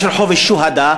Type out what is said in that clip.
יש רחוב שוהדא,